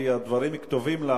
כי הדברים כתובים.